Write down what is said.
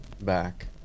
back